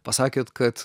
pasakėt kad